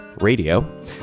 Radio